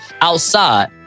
outside